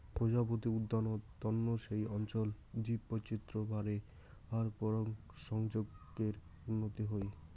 প্রজাপতি উদ্যানত তন্ন সেই অঞ্চলত জীববৈচিত্র বাড়ে আর পরাগসংযোগর উন্নতি হই